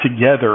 together